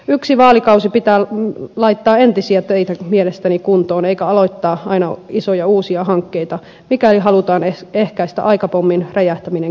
yksi vaalikausi pitää mielestäni laittaa entisiä teitä kuntoon eikä aloittaa aina isoja uusia hankkeita mikäli halutaan ehkäistä aikapommin räjähtäminen käsiin